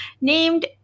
named